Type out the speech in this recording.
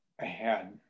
ahead